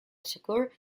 shakur